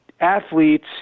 athletes